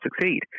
succeed